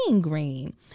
green